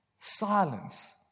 silence